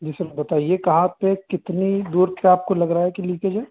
जी sir बताईए कहाँ पर कितनी दूर पर आपको लग रहा है कि लीकेज है